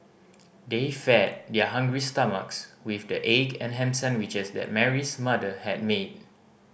they fed their hungry stomachs with the egg and ham sandwiches that Mary's mother had made